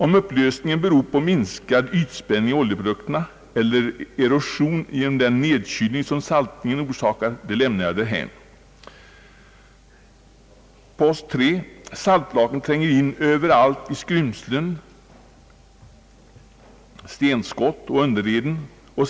Om upplösningen beror på minskad ytspänning i oljeprodukterna eller erosion genom den nedkylning som saltningen orsakar lämnar jag därhän. 3) Saltlaken tränger in överallt i skrymslen, märken efter stenskott och i underreden.